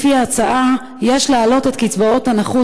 לפי ההצעה יש להעלות את קצבאות הנכות,